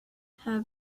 have